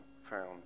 found